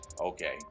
okay